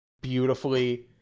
beautifully